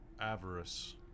Avarice